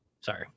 Sorry